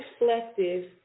reflective